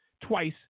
twice